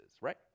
right